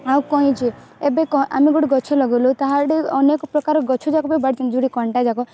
ଆଉ କଇଁଚି ଏବେ ଆମେ ଗୋଟେ ଗଛ ଲଗାଇଲୁ ତାହାଠି ଅନେକ ପ୍ରକାର ଗଛଯାକ ବି ବଢ଼ୁଛନ୍ତି ଯେଉଁଠି କଣ୍ଟାଯାକ